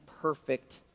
perfect